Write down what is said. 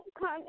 come